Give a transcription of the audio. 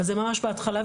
אז זה ממש בהתחלה.